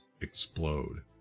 explode